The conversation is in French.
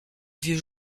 vieux